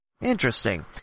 Interesting